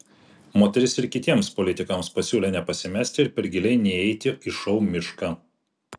moteris ir kitiems politikams pasiūlė nepasimesti ir per giliai neįeiti į šou mišką